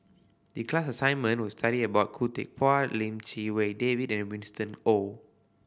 the class assignment was to study about Khoo Teck Puat Lim Chee Wai David and Winston Oh